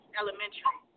elementary